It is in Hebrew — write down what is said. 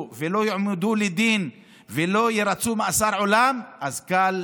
ולא יועמדו לדין ולא ירצו מאסר עולם אז קל